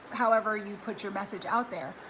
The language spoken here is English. however you put your message out there.